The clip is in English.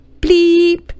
Bleep